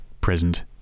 present